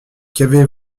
qu’avez